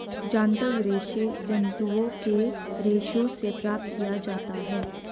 जांतव रेशे जंतुओं के रेशों से प्राप्त किया जाता है